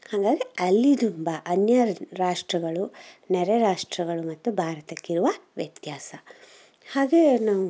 ಹಾಗಾಗೆ ಅಲ್ಲಿ ತುಂಬ ಅನ್ಯ ರಾಷ್ಟ್ರಗಳು ನೆರೆ ರಾಷ್ಟ್ರಗಳು ಮತ್ತು ಭಾರತಕ್ಕಿರುವ ವ್ಯತ್ಯಾಸ ಹಾಗೇ ನಾವು